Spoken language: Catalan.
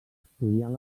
estudiant